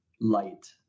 light